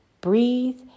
breathe